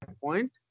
point